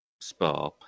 Spa